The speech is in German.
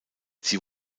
sie